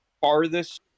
farthest